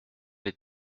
les